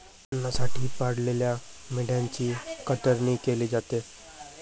अन्नासाठी पाळलेल्या मेंढ्यांची कतरणी केली जाते